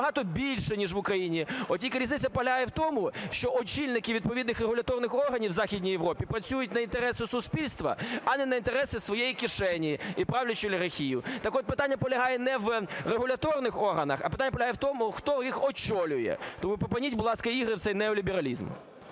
набагато більша, ніж в Україні, от тільки різниця полягає в тому, що очільники відповідних регуляторних органів в Західній Європі працюють на інтереси суспільства, а не на інтереси своєї кишені і правлячої олігархії. Так от, питання полягає не в регуляторних органах, а питання полягає в тому, хто їх очолює. Тому припиніть, будь ласка, ігри в цей неолібералізм.